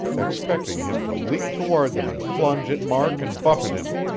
expecting him to leap toward them and plunge at mark and buffet him.